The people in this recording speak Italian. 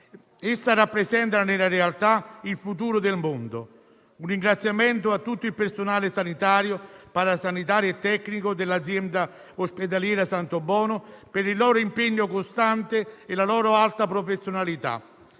Essa rappresenta nella realtà il futuro del mondo. Un ringraziamento a tutto il personale sanitario, parasanitario e tecnico dell'azienda ospedaliera Santobono, per il loro impegno costante e la loro alta professionalità.